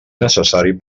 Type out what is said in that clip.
necessari